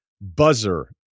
buzzer